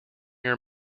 your